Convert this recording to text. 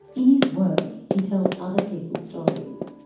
in his work, he tells other people's stories.